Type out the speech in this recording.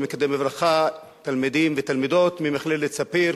אני מקדם בברכה תלמידים ותלמידות ממכללת "ספיר",